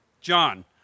john